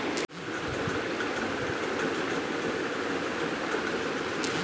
এক ধরনের শস্য যেটাকে বাংলায় চাল চুষ বলে